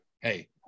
hey